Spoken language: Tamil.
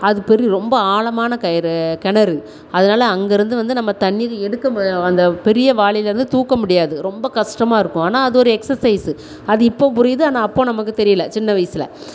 அது பெரிய ரொம்ப ஆழமான கயிறு கிணறு அதனால் அங்கேருந்து வந்து நம்ம தண்ணிக்கு எடுக்க வ அந்த பெரிய வாளிலேருந்து தூக்க முடியாது ரொம்ப கஷ்டமாக இருக்கும் ஆனால் அது ஒரு எக்ஸசைஸ்ஸு அது இப்போது புரியுது ஆனால் அப்போது நமக்கு தெரியலை சின்ன வயசில்